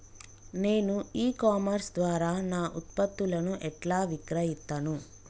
నేను e commerce ద్వారా నా ఉత్పత్తులను ఎట్లా విక్రయిత్తను?